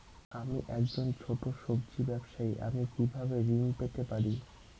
আমি একজন ছোট সব্জি ব্যবসায়ী আমি কিভাবে ঋণ পেতে পারি?